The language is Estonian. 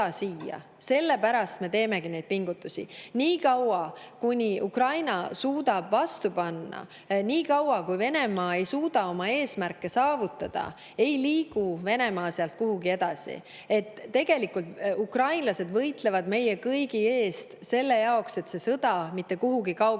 sellepärast me teemegi neid pingutusi. Nii kaua, kuni Ukraina suudab vastu panna, nii kaua, kui Venemaa ei suuda oma eesmärke saavutada, ei liigu Venemaa sealt kuhugi edasi. Tegelikult ukrainlased võitlevad meie kõigi eest selle jaoks, et see sõda mitte kuhugi kaugemale